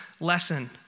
lesson